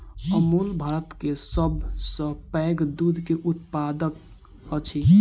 अमूल भारत के सभ सॅ पैघ दूध के उत्पादक अछि